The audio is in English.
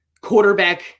quarterback